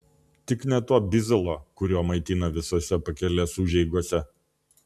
tik ne to bizalo kuriuo maitina visose pakelės užeigose